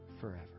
forever